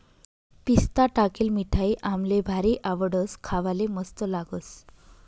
पिस्ता टाकेल मिठाई आम्हले भारी आवडस, खावाले मस्त लागस